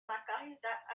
margarita